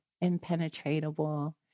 impenetrable